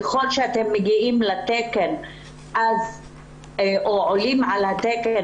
ככל שאתם מגיעים לתקן או עולים על התקן,